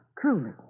Truly